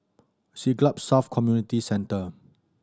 Siglap South Community Centre